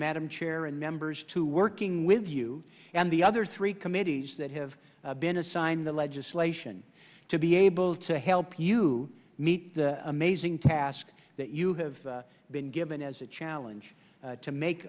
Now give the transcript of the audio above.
madam chair and members to working with you and the other three committees that have been assigned the legislation to be able to help you meet the amazing task that you have been given as a challenge to make